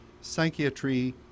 Psychiatry